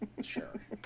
sure